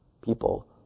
people